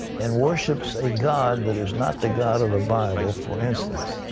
and worships a god that is not the god of the bible, for instance.